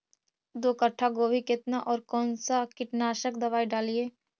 दो कट्ठा गोभी केतना और कौन सा कीटनाशक दवाई डालिए?